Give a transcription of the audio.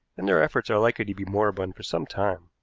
and their efforts are likely to be moribund for some time.